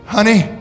Honey